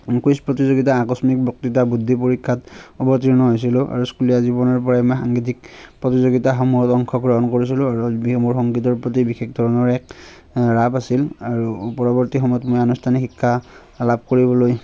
quiz প্ৰতিযোগিতা আকস্মিক বক্তৃতা বুদ্ধি পৰীক্ষাত অৱতীৰ্ণ হৈছিলোঁ আৰু স্কুলীয়া জীৱনৰ পৰাই মই সাংগীতিক প্ৰতিযোগিতাসমূহত অংশগ্ৰহণ কৰিছিলোঁ আৰু এইসমূহ সংগীতৰ প্ৰতি বিশেষ ধৰণৰ এক ৰাপ আছিল আৰু পৰৱৰ্তী সময়ত মই আনুষ্ঠানিক শিক্ষা লাভ কৰিবলৈ